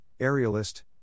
aerialist